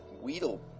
Weedle